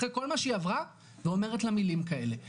אחרי כל מה שהיא עברה ואומרת לה מילים כאלה.